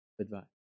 Advice